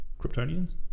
Kryptonians